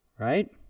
right